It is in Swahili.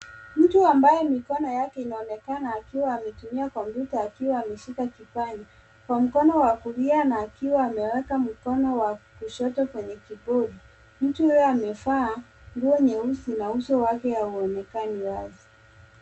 Mtu ambaye mikono yake inaonekana akiwa ametumia kompyuta akiwa ameshika kipanya, kwa mkono wa kulia na akiwa ameweka mkono wa kushoto kwenye kibodi, mtu huyo amevaa nguo nyeusi na uso wake haonekani wazi.